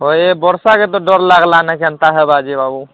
ହଏ ବର୍ଷା ହେତୁ ଡର ଲାଗ୍ଲା ନାଇଁ କେନ୍ତା ହେବା ଯିବାକୁ